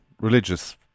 religious